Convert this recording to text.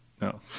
No